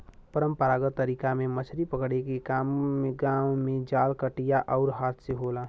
परंपरागत तरीका में मछरी पकड़े के काम गांव में जाल, कटिया आउर हाथ से होला